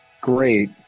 great